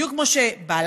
בדיוק כמו שבעלה,